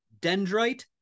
dendrite